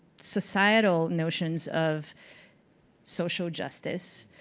societal notions of social justice,